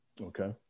Okay